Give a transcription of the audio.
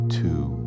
two